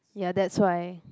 ya that's why